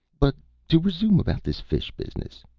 but to resume about this fish business,